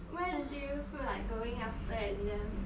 where do you feel like going after exam